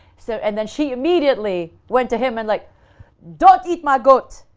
so and then she immediately went to him and like don't eat my goat.